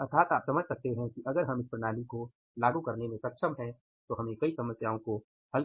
अर्थात आप समझ सकते हैं कि अगर हम इस प्रणाली को लागू करने में सक्षम हैं तो हम कई समस्याओं को हल